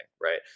right